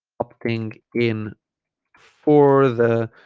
opting in for the